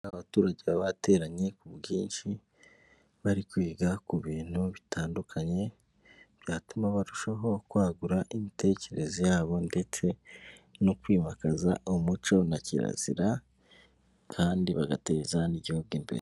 Abaturage baba bateranye ku bwinshi bari kwiga ku bintu bitandukanye byatuma barushaho kwagura imitekerereze yabo ndetse no kwimakaza umuco na kirazira kandi bagateza n'igihugu imbere.